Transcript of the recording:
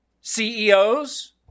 CEOs